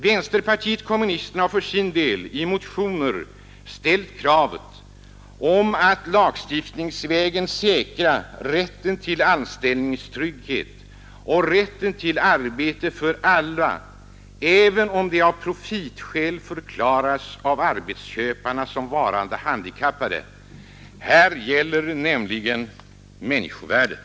Vänsterpartiet kommunisterna har för sin del i motioner ställt kravet att lagstiftningsvägen säkra rätten till anställningstrygghet och rätten till arbete för alla, även för dem som av profitskäl av arbetsköparna förklarats som varande handikappade. Här gäller det nämligen människovärdet.